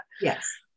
Yes